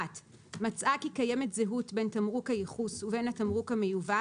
(1)מצאה כי קיימת זהות בין תמרוק הייחוס ובין התמרוק המיובא